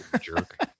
jerk